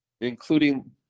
Including